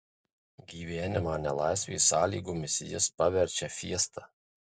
gyvenimą nelaisvės sąlygomis jis paverčia fiesta